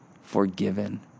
forgiven